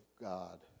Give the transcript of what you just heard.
God